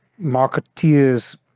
marketeers